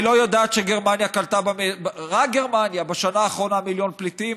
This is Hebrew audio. היא לא יודעת שרק גרמניה קלטה בשנה האחרונה מיליון פליטים?